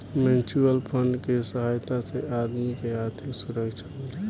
mutual fund के सहायता से आदमी के आर्थिक सुरक्षा मिलेला